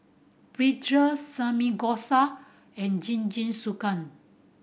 Pretzel Samgeyopsal and Jingisukan